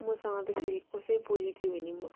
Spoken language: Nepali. मसँग त्यसेरी कसै बोलिदियो भने म